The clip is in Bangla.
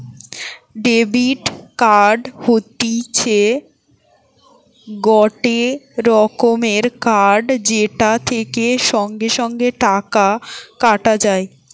ডেবিট কার্ড হতিছে গটে রকমের কার্ড যেটা থেকে সঙ্গে সঙ্গে টাকা কাটা যায়